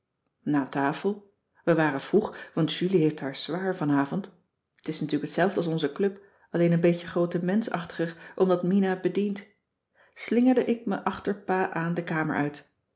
na tafel we waren vroeg want julie heeft haar soir van avond t is natuurlijk hetzelfde als onze club alleen een beetje grootemenschachtiger omdat mina bedient slingerde ik me achter pa aan de kamer uit